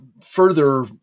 further